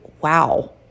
wow